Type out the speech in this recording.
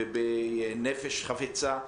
ובנפש חפצה.